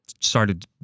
started